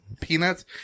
peanuts